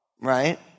Right